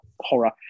Horror